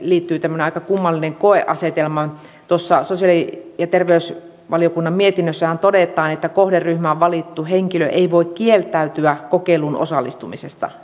liittyy tämmöinen aika kummallinen koeasetelma tuossa sosiaali ja terveysvaliokunnan mietinnössähän todetaan että kohderyhmään valittu henkilö ei voi kieltäytyä kokeiluun osallistumisesta